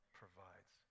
provides